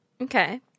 Okay